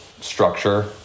structure